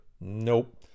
nope